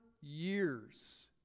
years